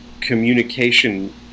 communication